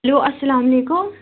hello اسلام وعلیکُم